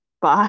Bye